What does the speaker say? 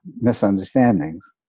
misunderstandings